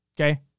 okay